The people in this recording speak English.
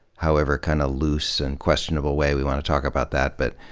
however kind of loose and questionable way we want to talk about that, but,